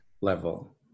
level